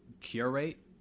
curate